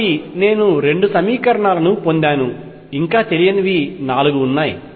కాబట్టి నేను రెండు సమీకరణాలను పొందాను ఇంకా తెలియనివి నాలుగు ఉన్నాయి